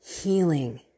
healing